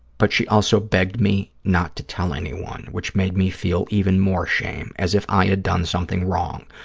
but she also begged me not to tell anyone, which made me feel even more shame, as if i had done something wrong.